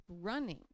running